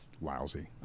lousy